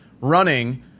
running